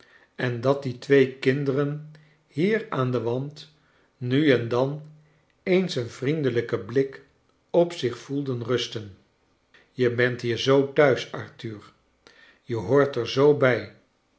en dat die twee kinderen hier aan den wand nu en dan eens een vriendelijken blik op zich voelden rusten je bent hier zoo thuis arthur je hoort er zoo bij